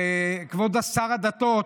כבוד שר הדתות,